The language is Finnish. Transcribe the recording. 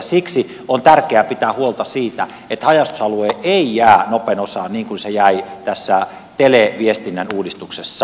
siksi on tärkeää pitää huolta siitä että haja asutusalue ei jää nopen osaan niin kuin se jäi tässä televiestinnän uudistuksessa